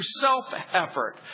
self-effort